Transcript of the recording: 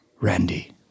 Randy